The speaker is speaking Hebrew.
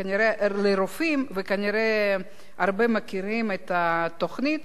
וכנראה הרבה מכירים את התוכנית,